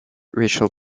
racial